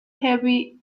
heavy